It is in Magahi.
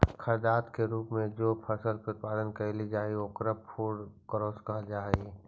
खाद्यान्न के रूप में जे फसल के उत्पादन कैइल जा हई ओकरा फूड क्रॉप्स कहल जा हई